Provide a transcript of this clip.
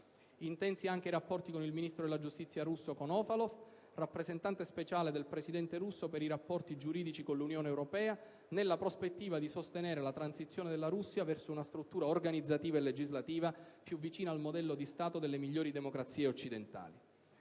Intensi anche i rapporti con il ministro della giustizia russo Konovalov, rappresentante speciale del Presidente russo per i rapporti giuridici con l'Unione europea, nella prospettiva di sostenere la transizione della Russia verso una struttura organizzativa e legislativa più vicina al modello di Stato delle migliori democrazie occidentali.